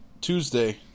Tuesday